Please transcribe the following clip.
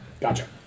Gotcha